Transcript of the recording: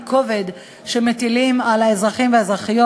ואולי אנחנו בכנסת היום עם קואליציה שמסוגלת לעשות את זה,